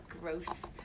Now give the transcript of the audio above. gross